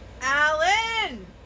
Alan